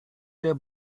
der